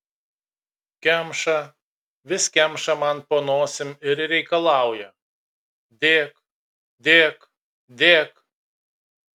kemša vis kemša man po nosim ir reikalauja dėk dėk dėk